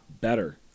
better